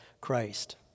Christ